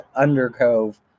undercove